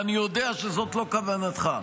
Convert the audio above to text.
ואני יודע שזאת לא כוונתך,